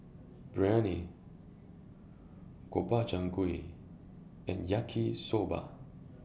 Biryani Gobchang Gui and Yaki Soba